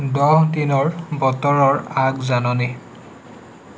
দহ দিনৰ বতৰৰ আগজাননী